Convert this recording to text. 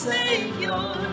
Savior